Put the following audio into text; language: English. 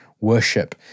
worship